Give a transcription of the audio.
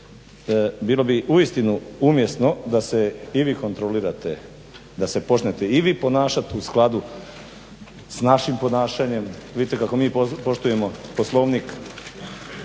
bilo bi uistinu umjesno da se i vi kontrolirate, da se počnete i vi ponašati u skladu s našim ponašanjem. vidite kako mi poštujemo Poslovnik,